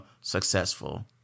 successful